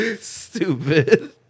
Stupid